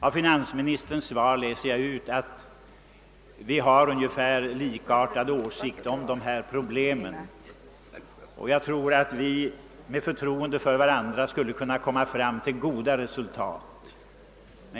Av hans svar läser jag ut att vi har likartade åsikter om dem, och jag tror att vi med förtroende för varandra skulle kunna nå goda resultat.